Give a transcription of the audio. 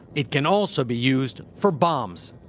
it can also be used for bombs.